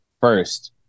first